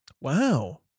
Wow